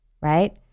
right